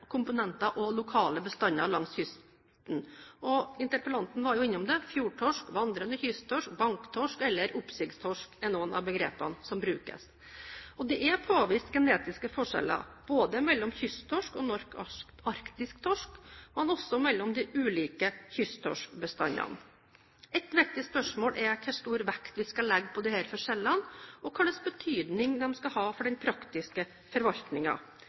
og lokale bestander langs kysten. Interpellanten var innom det. Fjordtorsk, vandrende kysttorsk, banktorsk eller oppsigstorsk er noen av begrepene som brukes. Det er påvist genetiske forskjeller ikke bare mellom kysttorsk og norsk-arktisk torsk, men også mellom de ulike kysttorskbestandene. Et viktig spørsmål er hvor stor vekt vi skal legge på disse forskjellene, og hvilken betydning de skal ha for den praktiske